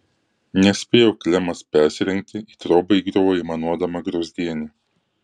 nespėjo klemas persirengti į trobą įgriuvo aimanuodama gruzdienė